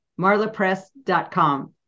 marlapress.com